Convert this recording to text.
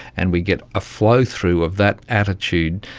and we get a flow-through of that attitude.